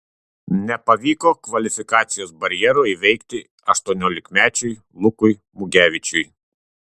nepavyko kvalifikacijos barjero įveikti aštuoniolikmečiui lukui mugevičiui